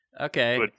Okay